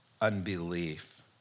unbelief